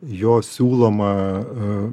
jo siūlomą